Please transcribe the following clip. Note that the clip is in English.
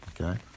Okay